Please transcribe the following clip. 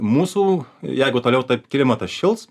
mūsų jeigu toliau taip klimatas šils